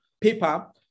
paper